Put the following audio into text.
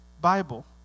Bible